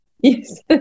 Yes